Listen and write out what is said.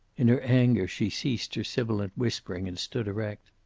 in her anger she ceased her sibilant whispering, and stood erect.